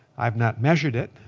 i've not measured it,